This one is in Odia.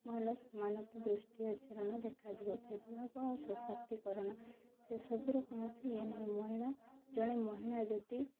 ଭଲ ସମାନତା ଦୃଷ୍ଟି ଆଚରଣ ଦେଖାଯିବ ଭେଦଭାବ ଆଉ ସଶକ୍ତିକରଣ ସେସବୁର କୌଣସି ଇଏ ନାହିଁ ମହିଳା ଜଣେ ମହିଳା ଯଦି